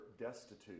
destitute